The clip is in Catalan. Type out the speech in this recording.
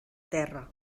terra